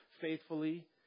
faithfully